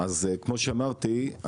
כמו שאמרתי,